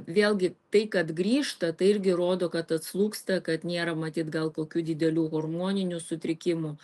vėlgi tai kad grįžta tai irgi rodo kad atslūgsta kad nėra matyt gal kokių didelių hormoninių sutrikimų